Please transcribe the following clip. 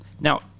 Now